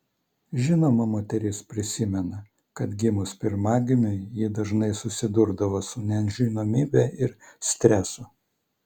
žinoma moteris prisimena kad gimus pirmagimiui ji dažnai susidurdavo su nežinomybe ir stresu